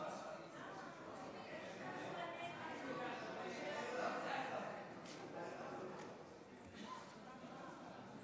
כבוד היושב-ראש, חברי הכנסת,